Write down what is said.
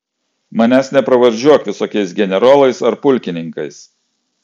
manęs nepravardžiuok visokiais generolais ar pulkininkais